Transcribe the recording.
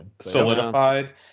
solidified